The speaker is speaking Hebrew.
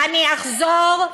אני אחזור,